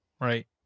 right